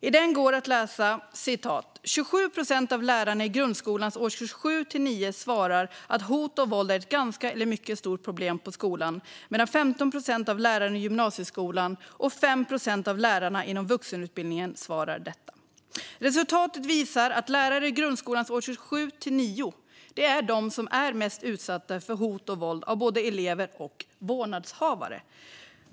I den går att läsa följande: "27 procent av lärarna i grundskolans årskurs 7-9 svarar att hot och våld är ett ganska eller mycket stort problem på skolan medan 15 procent av lärarna i gymnasieskolan och 5 procent av lärarna inom vuxenutbildningen svarar detta. Resultatet visar att lärare i grundskolans årskurs 7-9 är mest utsatta för hot och våld av både elever och vårdnadshavare."